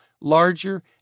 larger